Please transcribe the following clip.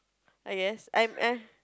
I guess I'm ah